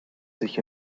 sich